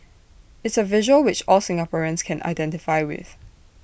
it's A visual which all Singaporeans can identify with